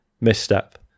misstep